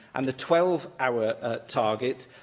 and the twelve hour ah target,